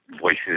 voices